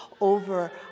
over